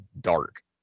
Dark